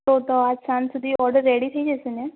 તો આજ સાંજ સુધી ઓર્ડર રેડી થઈ જશે ને